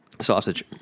Sausage